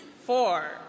four